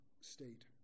state